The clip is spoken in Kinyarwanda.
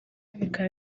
bikaba